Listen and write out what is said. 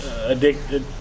addicted